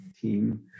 team